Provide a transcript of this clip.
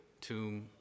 tomb